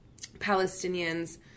Palestinians